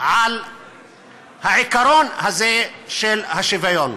על העיקרון הזה של השוויון.